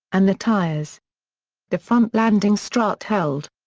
and the tires the front landing strut held.